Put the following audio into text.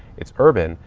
it's urban.